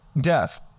death